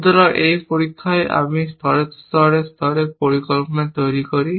সুতরাং এই প্রক্রিয়ায় আমি স্তরে স্তরে স্তরে পরিকল্পনা তৈরি করি